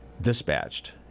dispatched